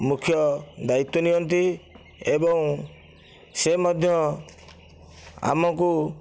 ମୁଖ୍ୟ ଦାୟିତ୍ୱ ନିଅନ୍ତି ଏବଂ ସେ ମଧ୍ୟ ଆମକୁ